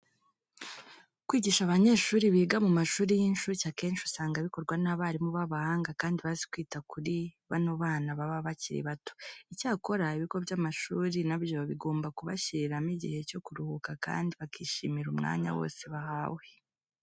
Kwigisha abanyeshuri biga mu mashuri y'incuke akenshi usanga bikorwa n'abarimu b'abahanga kandi bazi kwita kuri bano bana baba bakiri bato. Icyakora ibigo by'amashuri na byo bigomba kubashyiriraho igihe cyo kuruhuka kandi bakishimira umwanya wose bahawe.